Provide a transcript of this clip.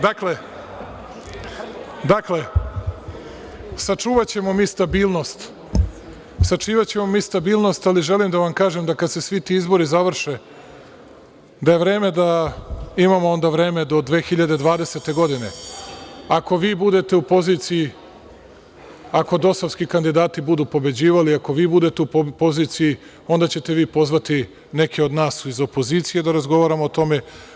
Dakle, sačuvaćemo mi stabilnost, ali želim da vam kažem da kad se svi ti izbori završe, da je vreme da, imamo onda vreme do 2020. godine, ako vi budete u poziciji, ako dosovski kandidati budu pobeđivali, ako vi budete u poziciji, onda ćete vi pozvati neke od nas iz opozicije da razgovaramo o tome.